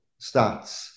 stats